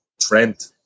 Trent